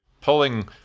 pulling